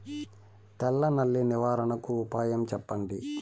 తెల్ల నల్లి నివారణకు ఉపాయం చెప్పండి?